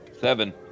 Seven